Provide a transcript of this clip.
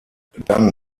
dann